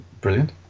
Brilliant